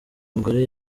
mugore